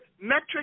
metric